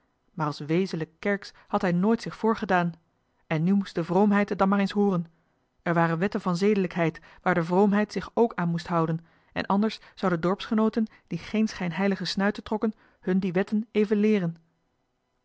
maar als wezenlijk kerksch had hij nooit zich voorgedaan en nu moest de vroomheid het dan maar eens hooren er waren wetten van zedelijkheid waar de vroomheid zich k aan moest houden en anders zouden dorpsgenooten die geen schijnheilige snuiten trokken hun die wetten even leeren